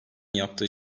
yaptığı